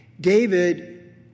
David